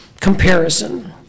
Comparison